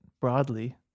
broadly